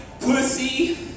pussy